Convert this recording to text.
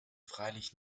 freilich